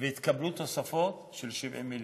והתקבלו תוספות של 70 מיליון.